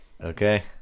Okay